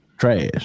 Trash